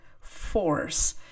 force